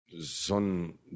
son